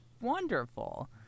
wonderful